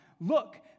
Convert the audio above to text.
Look